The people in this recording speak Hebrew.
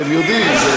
אתם יודעים את זה.